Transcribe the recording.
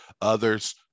others